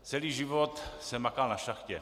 Celý život jsem makal na šachtě.